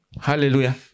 Hallelujah